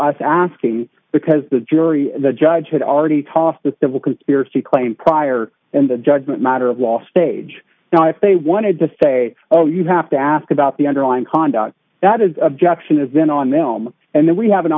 us asking because the jury the judge had already tossed the civil conspiracy claim prior and the judgment matter of law stage now if they wanted to say all you have to ask about the underlying conduct that is objection is then on elm and then we